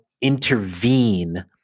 intervene